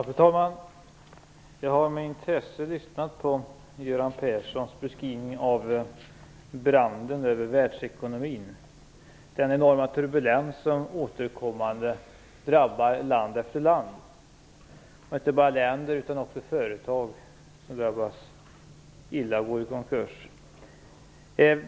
Fru talman! Jag har med intresse lyssnat på Göran Perssons beskrivning av branden över världsekonomin, den enorma turbulens som återkommande drabbar land efter land. Den drabbar inte bara länder. Också företag drabbas illa och går i konkurs.